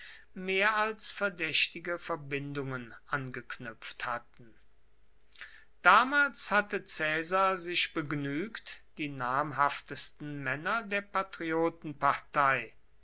mehr als verdächtige verbindungen angeknüpft hatten damals hatte caesar sich begnügt die namhaftesten männer der